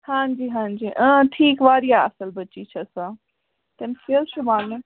ہاں جی ہاں جی اۭں ٹھیٖک واریاہ اَصٕل بٔچی چھےٚ سۄ تٔمِس کیٛاہ حظ چھِ وَنُن